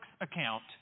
account